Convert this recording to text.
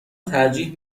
ترجیح